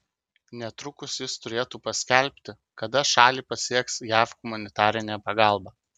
netrukus jis turėtų paskelbti kada šalį pasieks jav humanitarinė pagalba